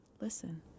listen